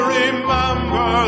remember